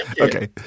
Okay